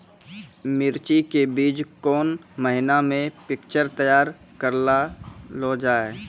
मिर्ची के बीज कौन महीना मे पिक्चर तैयार करऽ लो जा?